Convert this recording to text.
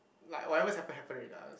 like whatever happen happen already lah